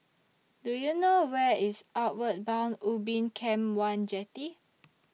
Do YOU know Where IS Outward Bound Ubin Camp one Jetty